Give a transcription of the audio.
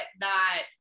that-